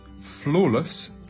flawless